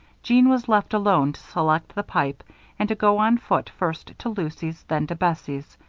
jeanne was left alone to select the pipe and to go on foot, first to lucy's, then to bessie's.